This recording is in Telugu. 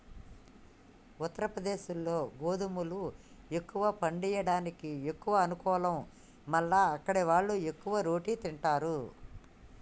ఉత్తరప్రదేశ్లో గోధుమలు ఎక్కువ పండియడానికి ఎక్కువ అనుకూలం మల్ల అక్కడివాళ్లు ఎక్కువ రోటి తింటారు